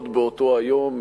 עוד באותו היום,